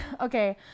okay